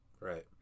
Right